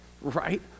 right